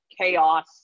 chaos